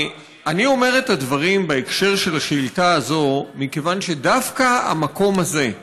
אני אומר את הדברים בהקשר של השאילתה הזאת מכיוון שדווקא המקום הזה,